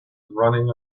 running